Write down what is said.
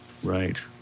right